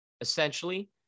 Essentially